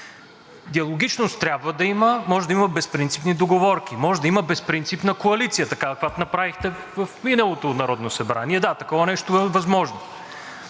Диалогичност трябва да има. Може да има безпринципни договорки, може да има безпринципна коалиция – такава, каквато направихте в миналото Народно събрание – да, такова нещо е възможно.